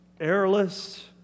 airless